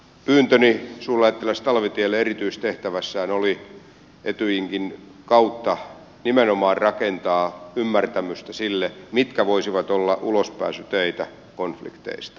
pyyntöni suurlähettiläs talvitielle hänen erityistehtävässään oli etyjinkin kautta nimenomaan rakentaa ymmärtämystä sille mitkä voisivat olla ulospääsyteitä konflikteista jäätyneistä konflikteista